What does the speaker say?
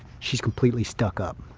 she's completely stuck up.